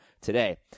today